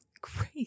Great